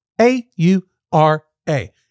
A-U-R-A